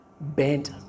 bent